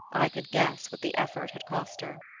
i could guess what the effort had cost her.